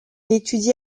étudie